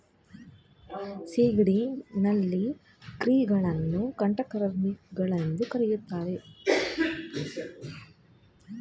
ಸಿಗಡಿ, ನಳ್ಳಿ, ಕ್ರಿಲ್ ಗಳನ್ನು ಕಂಟಕಚರ್ಮಿಗಳು ಎಂದು ಕರಿತಾರೆ